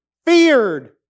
Feared